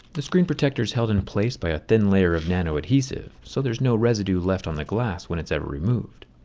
the screen protector is held in place by a thin layer of nano adhesive so there's no residue left on the glass when it's ever removed.